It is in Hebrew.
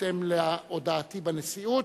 בהתאם להודעתי בנשיאות,